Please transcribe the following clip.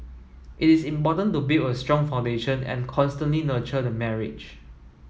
it is important to build a strong foundation and constantly nurture the marriage